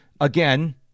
again